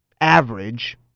average